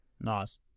Nice